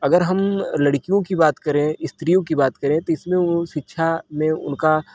अगर हम लड़कियों की बात करें स्त्रियों की बात करें तो इसमें वो शिक्षा में उनका